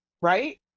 right